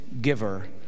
giver